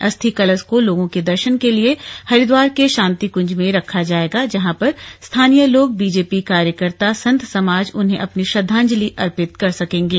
अस्थि कलश को लोगों के दर्शन के लिए हरिद्वार के शांति कुज में रखा जाएगा जहां पर स्थनीय लोग बीजेपी कार्यकर्ता संत समाज उन्हें अपनी श्रद्धांजलि अर्पित कर सकेंगे